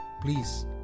please